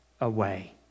away